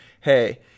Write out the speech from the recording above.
hey